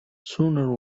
sooner